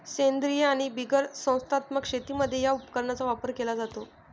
सेंद्रीय आणि बिगर संस्थात्मक शेतीमध्ये या उपकरणाचा वापर केला जातो